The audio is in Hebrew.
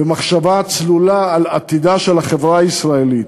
במחשבה צלולה על עתידה של החברה הישראלית.